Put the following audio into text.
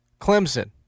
Clemson